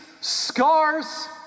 Scars